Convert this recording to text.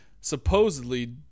supposedly